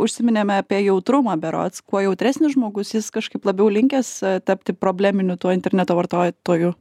užsiminėme apie jautrumą berods kuo jautresnis žmogus jis kažkaip labiau linkęs tapti probleminiu tuo interneto vartotoju